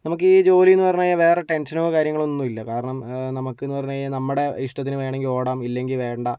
നമുക്കീ ജോലീന്ന് പറഞ്ഞ് കഴിഞ്ഞാൽ വേറെ ടെൻഷനോ കാര്യങ്ങളോ ഒന്നുമില്ല കാരണം നമുക്കെന്ന് പറഞ്ഞ് കഴിഞ്ഞാൽ നമ്മുടെ ഇഷ്ടത്തിന് വേണമെങ്കിലോടാം ഇല്ലെങ്കിൽ വേണ്ട